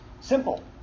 Simple